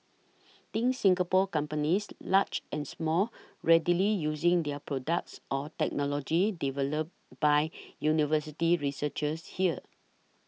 think Singapore companies large and small readily using their products or technology developed by university researchers here